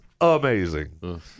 amazing